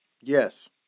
Yes